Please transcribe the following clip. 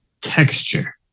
texture